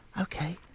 Okay